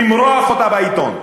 למרוח אותה בעיתון?